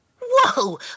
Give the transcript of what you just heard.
Whoa